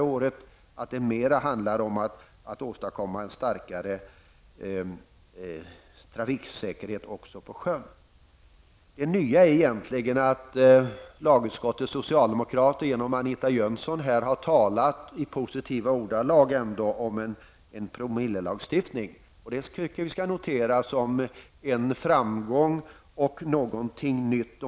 Jag hoppas att det mer handlar om att åstadkomma en starkare trafiksäkerhet också på sjön. Det nya är egentligen att lagutskottets socialdemokrater, genom Anita Jönsson, har talat i positiva ordalag om en promillelagstiftning. Det skall noteras som en framgång och som någonting nytt.